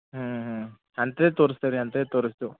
ಹಾಂ ಹಾಂ ಅಂಥದ್ದೇ ತೋರಿಸ್ತೇವ್ರಿ ಅಂಥದ್ದೇ ತೋರಿಸ್ತೆವೆ